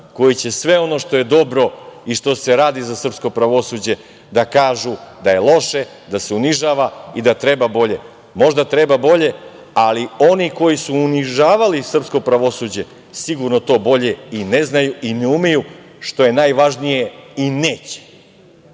koji će sve ono što je dobro i što se radi za srpsko pravosuđe da kažu da je loše, da se unižava i da treba bolje. Možda treba bolje, ali oni koji su unižavali srpsko pravosuđe sigurno to bolje i ne znaju i ne umeju što je najvažnije i neće